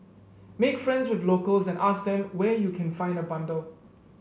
make friends with locals and ask them where you can find a bundle